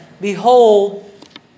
Behold